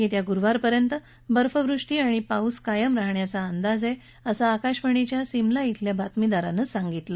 येत्या गुरुवारपर्यंत बर्फवृष्टी आणि पाऊस कायम राहण्याचा अंदाज आहे असं आकाशवाणीच्या सिमला विल्या बातमीदारानं सांगितलं